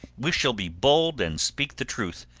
we shall be bold and speak the truth,